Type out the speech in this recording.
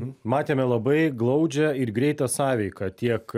matėme labai glaudžią ir greitą sąveiką tiek